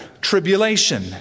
tribulation